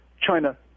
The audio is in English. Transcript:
China